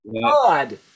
god